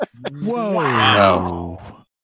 Whoa